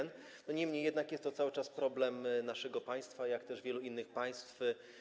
Niemniej jednak jest to cały czas problem naszego państwa, a także wielu innych państw.